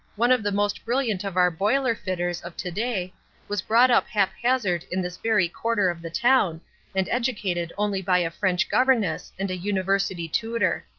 one of the most brilliant of our boiler fitters of to-day was brought up haphazard in this very quarter of the town and educated only by a french governess and a university tutor.